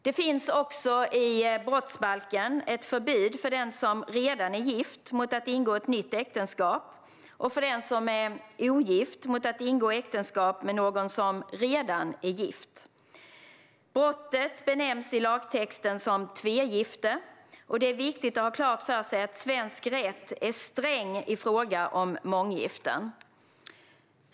Det finns också i brottsbalken ett förbud för den som redan är gift mot att ingå ett nytt äktenskap och för den som är ogift mot att ingå äktenskap med någon som redan är gift. Brottet benämns i lagtexten "tvegifte". Det är viktigt att ha klart för sig att svensk rätt är sträng i fråga om månggiften.